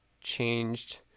changed